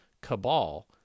cabal